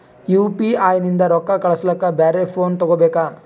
UPI ನಿಂದ ರೊಕ್ಕ ಕಳಸ್ಲಕ ಬ್ಯಾರೆ ಫೋನ ತೋಗೊಬೇಕ?